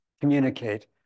communicate